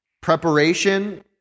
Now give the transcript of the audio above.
preparation